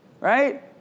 right